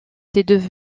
étaient